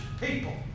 people